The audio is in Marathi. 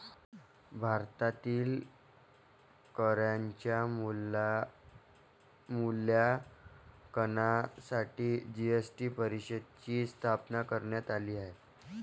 भारतातील करांच्या मूल्यांकनासाठी जी.एस.टी परिषदेची स्थापना करण्यात आली आहे